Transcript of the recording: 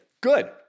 good